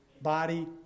body